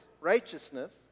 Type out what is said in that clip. righteousness